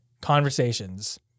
conversations